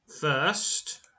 first